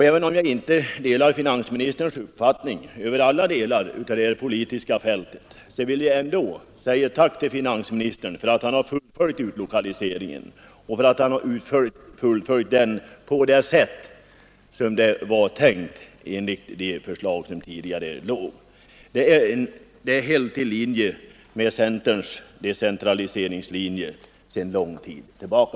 Även om jag inte delar finansministerns uppfattning i alla delar av det politiska fältet, vill jag ändå säga ett tack till finansministern för att han fullföljt utlokaliseringen och för att han fullföljt den på det sätt som var tänkt enligt tidigare föreliggande förslag. Detta sker helt enligt centerns decentraliseringslinje sedan lång tid tillbaka.